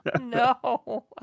No